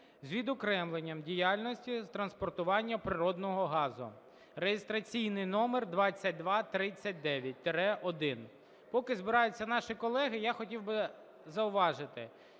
з відокремленням діяльності з транспортування природного газу (реєстраційний номер 2239-1). Поки збираються наші колеги, я хотів би зауважити,